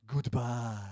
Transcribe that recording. Goodbye